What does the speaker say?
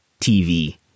TV